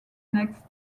next